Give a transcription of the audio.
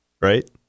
Right